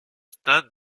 stade